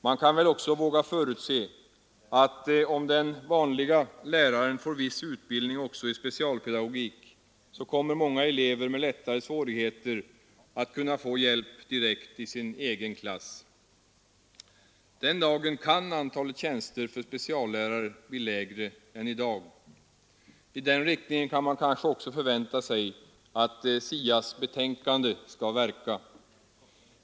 Man kan väl våga förutse att om den vanlige läraren får viss utbildning också i specialpedagogik kommer många elever med lättare svårigheter att kunna få hjälp direkt i sin egen klass. Den dagen kan antalet tjänster för speciallärare bli lägre än i dag. I den riktningen kan man kanske också förvänta sig att SIA :s betänkande skall verka.